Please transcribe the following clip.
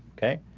okay